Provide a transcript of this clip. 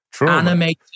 Animated